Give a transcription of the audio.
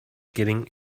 getting